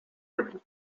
would